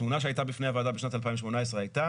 התמונה שהייתה בפני הוועדה בשנת 2018 הייתה